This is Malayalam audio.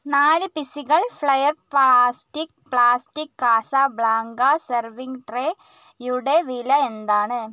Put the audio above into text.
നാല് പി സികൾ flair plastic plastic Casablanca serving ട്രേയുടെ വില എന്താണ്